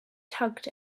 tugged